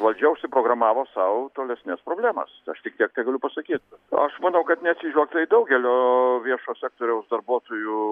valdžia užsiprogramavo sau tolesnes problemas aš tik tiek tegaliu pasakyt aš manau kad neatsižvelgta į daugelio viešo sektoriaus darbuotojų